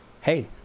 Hey